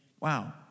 wow